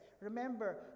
remember